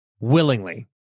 Willingly